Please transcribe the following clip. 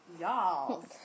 Y'all